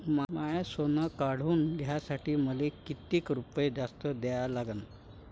माय सोनं काढून घ्यासाठी मले कितीक रुपये जास्त द्या लागन?